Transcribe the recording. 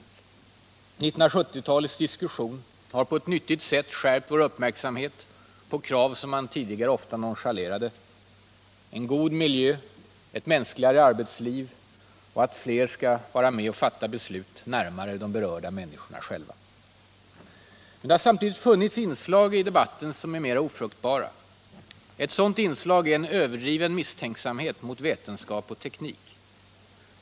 1970-talets diskussion har på ett nyttigt sätt skärpt vår uppmärksamhet på krav som tidigare ofta nonchalerades: en god miljö, ett mänskligare arbetsliv och att fler skall vara med och fatta beslut närmare de berörda människorna. Men det har samtidigt funnits och finns inslag i debatten som är mer ofruktbara. Ett sådant är en överdriven misstänksamhet mot vetenskap och teknik.